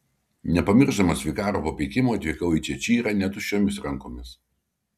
nepamiršdamas vikaro papeikimo atvykau į češyrą ne tuščiomis rankomis